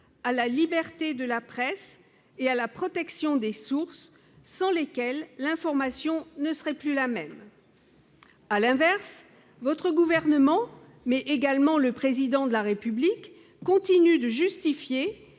à la liberté de la presse et à la protection des sources, sans lesquelles l'information ne serait plus la même. À l'inverse, le Gouvernement et le Président de la République continuent de justifier,